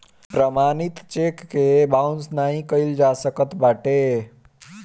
प्रमाणित चेक के बाउंस नाइ कइल जा सकत बाटे